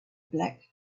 black